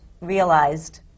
realized